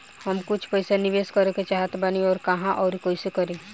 हम कुछ पइसा निवेश करे के चाहत बानी और कहाँअउर कइसे करी?